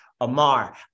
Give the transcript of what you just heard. Amar